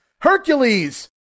Hercules